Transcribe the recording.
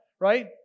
right